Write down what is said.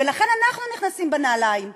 ולכן אנחנו נכנסים לנעליים שלהם,